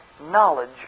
knowledge